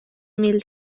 mil